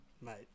mate